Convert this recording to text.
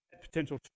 potential